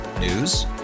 News